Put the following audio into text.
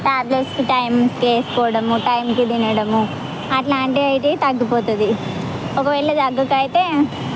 tablets టైంకి వేసుకోవడము టైంకి తినడము అట్లాంటి అయితే తగ్గిపోతుంది ఒకవేళ దగ్గుకు అయితే